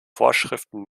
vorschriften